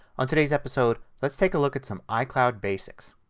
on today's episode let's take a look at some icloud basics.